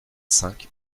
cinq